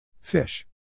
Fish